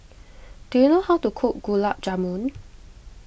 do you know how to cook Gulab Jamun